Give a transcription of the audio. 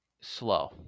slow